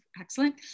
excellent